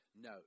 no